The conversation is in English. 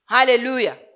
Hallelujah